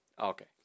Okay